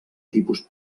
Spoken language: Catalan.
tipus